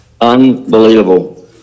unbelievable